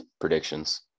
predictions